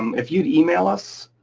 um if you email us,